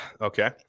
Okay